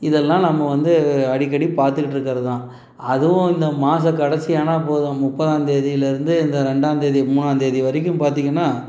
இதெல்லாம் நம்ம வந்து அடிக்கடி பார்த்துட்டு இருக்கிறது தான் அதுவும் இந்த மாத கடைசி ஆனால் போதும் முப்பதாம்தேதிலேருந்து இந்த ரெண்டாம்தேதி மூணாம்தேதி வரைக்கும் பார்த்திங்கன்னா